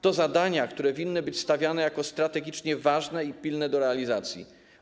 To zadania, które winny być stawiane jako strategicznie ważne i pilne do realizacji.